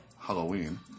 Halloween